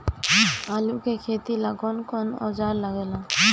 आलू के खेती ला कौन कौन औजार लागे ला?